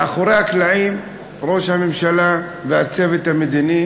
מאחורי הקלעים ראש הממשלה והצוות המדיני